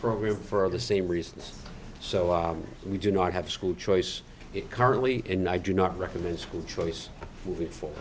program for the same reasons so we do not have school choice it currently and i do not recommend school choice w